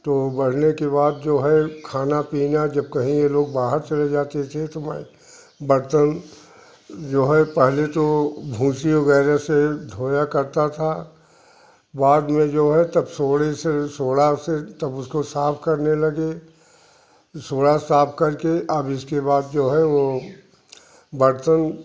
तो बढ़ने के बाद जो है खाना पीना जब कहीं ये लोग बाहर चले जाते थे तो वे बर्तन जो है पहले तो भूसी वगैरह से धोया करता था बाद में जो है तब सोडे से सोडा से तब उसको साफ़ करने लगे सोडा से साफ़ करके अब इसके बाद जो है वो बर्तन